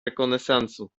rekonesansu